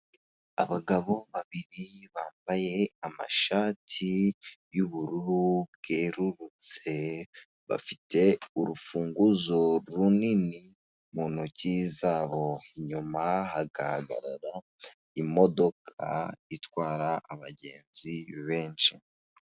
Abagabo babiri bambaye amashati y'ubururu bwerurutse bafite urufunguzo runini mu ntoki zabo inyuma hagahagarara imodoka itwara abagenzi benshi.